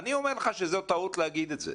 אני אומר לך שזו טעות להגיד את זה.